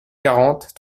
quarante